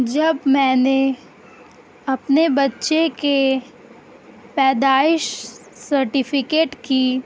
جب میں نے اپنے بچے کے پیدائش سرٹیفکیٹ کی